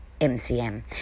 MCM